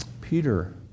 Peter